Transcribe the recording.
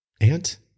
aunt